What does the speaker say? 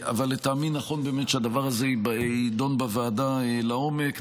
אבל לטעמי נכון באמת שהדבר הזה יידון בוועדה לעומק.